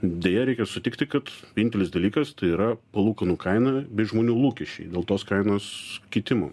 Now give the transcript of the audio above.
deja reikia sutikti kad vienintelis dalykas tai yra palūkanų kaina bei žmonių lūkesčiai dėl tos kainos kitimo